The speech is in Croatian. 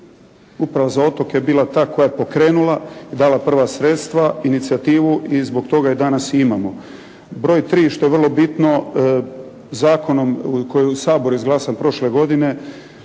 Upravo za otoke je bila ta koja je pokrenula i dala prva sredstva, inicijativu i zbog toga je danas imamo. Broj 3 što je vrlo bitno zakonom koji je u Saboru izglasan prošle godine